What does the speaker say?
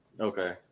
Okay